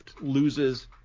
loses